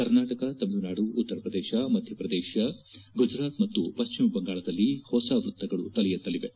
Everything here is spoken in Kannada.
ಕರ್ನಾಟಕ ತಮಿಳುನಾಡು ಉತ್ತರಪ್ರದೇಶ ಮಧ್ಯಪ್ರದೇಶ ಗುಜರಾತ್ ಮತ್ತು ಪಶ್ಚಿಮ ಬಂಗಾಳದಲ್ಲಿ ಹೊಸ ವೃತ್ತಗಳು ತಲೆಯೆತ್ತಲಿವೆ